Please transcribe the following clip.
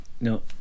No